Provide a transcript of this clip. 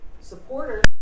supporter